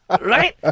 Right